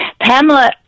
Pamela